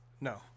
No